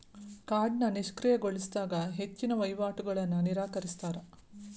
ಕಾರ್ಡ್ನ ನಿಷ್ಕ್ರಿಯಗೊಳಿಸಿದಾಗ ಹೆಚ್ಚಿನ್ ವಹಿವಾಟುಗಳನ್ನ ನಿರಾಕರಿಸ್ತಾರಾ